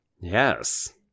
yes